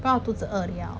ah 肚子饿了